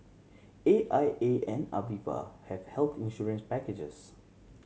A I A and Aviva have health insurance packages